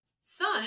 son